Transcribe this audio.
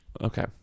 okay